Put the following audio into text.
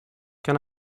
can